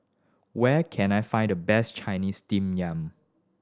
where can I find the best Chinese steam yam